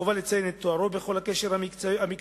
החובה לציין את תוארו בכל הקשר מקצועי,